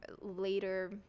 Later